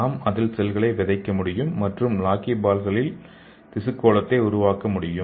நாம் அதில் செல்களை விதைக்க முடியும் மற்றும் லாக்கிபால்களில் திசு கோளத்தை உருவாக்க முடியும்